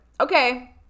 Okay